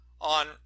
on